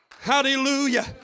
Hallelujah